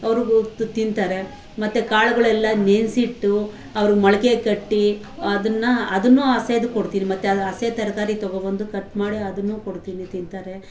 ಅವರು ಹೋಗ್ತಾ ತಿಂತಾರೆ ಮತ್ತೆ ಕಾಳುಗಳೆಲ್ಲ ನೆನೆಸಿಟ್ಟು ಅವರು ಮೊಳಕೆ ಕಟ್ಟಿ ಅದನ್ನು ಅದನ್ನೂ ಹಸೀದು ಕೊಡ್ತೀನಿ ಮತ್ತೆ ಅದು ಹಸಿ ತರಕಾರಿ ತಗೊಂಡ್ಬಂದು ಕಟ್ ಮಾಡಿ ಅದನ್ನೂ ಕೊಡ್ತೀನಿ ತಿಂತಾರೆ